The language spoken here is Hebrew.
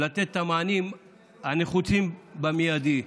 לתת את המענים הנחוצים במיידי.